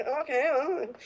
okay